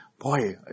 Boy